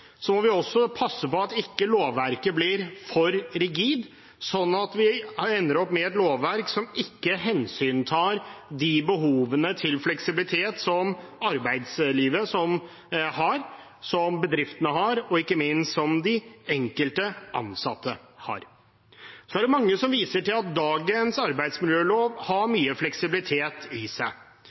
må vi også passe på at lovverket ikke blir for rigid, slik at vi ender opp med et lovverk som ikke hensyntar de behovene for fleksibilitet som arbeidslivet har, som bedriftene har, og som ikke minst de enkelte ansatte har. Det er mange som viser til at dagens arbeidsmiljølov har mye fleksibilitet i seg.